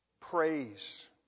praise